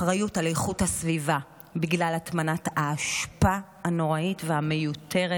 אחריות לאיכות הסביבה בגלל הטמנת האשפה הנוראית והמיותרת,